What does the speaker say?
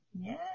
yes